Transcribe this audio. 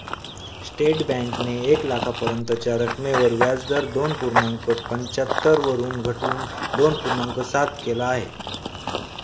state बँकेने एक लाखापर्यंतच्या रकमेवर व्याजदर दोन पूर्णांक पंच्याहत्तर वरून घटवून दोन पूर्णांक सात केल आहे